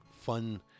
fun